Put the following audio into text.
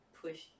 push